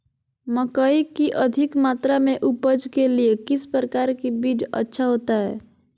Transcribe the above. मकई की अधिक मात्रा में उपज के लिए किस प्रकार की बीज अच्छा होता है?